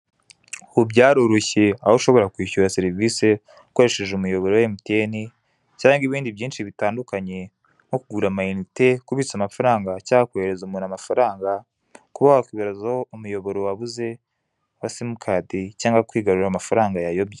Ubu byaroroshye aho ushobora kwishyura serivise ukoresheje umuyoboro wa emutiyeni cyangwa bindi byinshi bitandunkanye nko kugura amayinite, kubitsa amafaranga cyangwa kohereza umuntu amafaranga, kuba wakwigaruzaho umuyoboro wabuze wa simukadi cyangwa kwigarurira amafaranga yayobye.